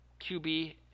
QB